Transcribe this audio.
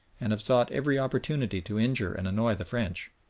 and have sought every opportunity to injure and annoy the french.